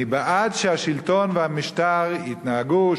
אני בעד שהשלטון והמשטר יתנהגו,